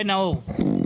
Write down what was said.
כן, נאור.